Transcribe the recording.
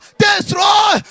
destroy